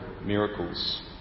Miracles